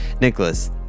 Nicholas